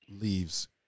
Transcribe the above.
leaves